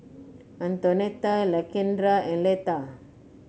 Antonetta Lakendra and Leta